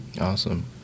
Awesome